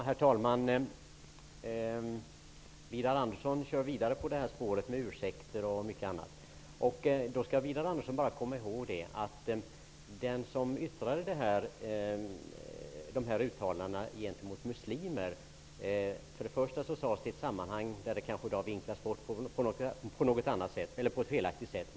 Herr talman! Widar Andersson kör vidare på samma spår med ursäkter och mycket annat. Widar Andersson skall bara komma ihåg att den som fällde detta yttrande gentemot muslimer har bett om ursäkt. Dessutom sades det i ett sammanhang där det kanske har vinklats på ett felaktigt sätt.